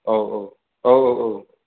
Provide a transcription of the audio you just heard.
औ औ औ औ औ